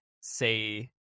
say